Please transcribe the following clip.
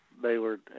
Baylor